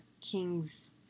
king's